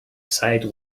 site